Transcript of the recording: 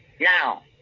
Now